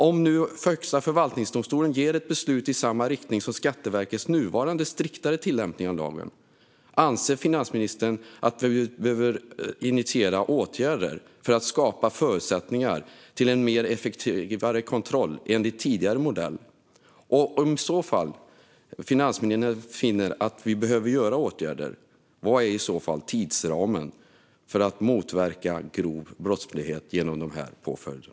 Om Högsta förvaltningsdomstolen fattar ett beslut som går i samma riktning som Skatteverkets nuvarande striktare tillämpning av lagen, anser finansministern att vi behöver initiera åtgärder för att skapa förutsättningar för en effektivare kontroll enligt tidigare modell? Och om finansministern finner att vi behöver vidta åtgärder, vilken är tidsramen för att motverka grov brottslighet genom dessa påföljder?